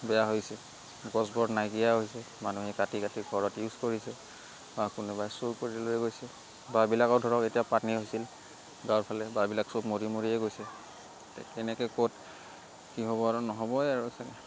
বেয়া হৈছে গছবোৰ নাইকিয়া হৈছে মানুহে কাটি কাটি ঘৰত ইউজ কৰিছে বা কোনোবাই চুৰ কৰি লৈ গৈছে বাঁহবিলাকো ধৰক এতিয়া পানী হৈছিল গাঁৱৰ ফালে বাঁহবিলাক চব মৰি মৰিয়ে গৈছে তেনেকৈ ক'ত কি হ'ব আৰু নহ'বই আৰু চাগে